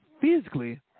physically